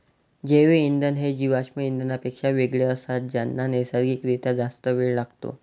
जैवइंधन हे जीवाश्म इंधनांपेक्षा वेगळे असतात ज्यांना नैसर्गिक रित्या जास्त वेळ लागतो